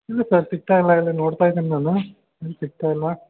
ಇಲ್ಲ ಸರ್ ಸಿಗ್ತಾಯಿಲ್ಲ ಇಲ್ಲಿ ನೋಡ್ತಾ ಇದ್ದೀನಿ ನಾನು ಏನು ಸಿಗ್ತಾಯಿಲ್ಲ